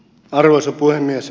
arvoisa puhemies